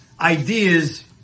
ideas